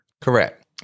Correct